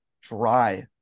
dry